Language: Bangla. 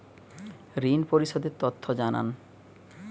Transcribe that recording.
ঋন পরিশোধ এর তথ্য জানান